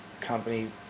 company